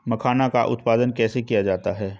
मखाना का उत्पादन कैसे किया जाता है?